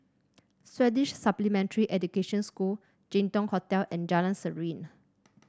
Swedish Supplementary Education School Jin Dong Hotel and Jalan Serene